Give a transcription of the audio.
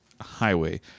highway